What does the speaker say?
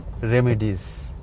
remedies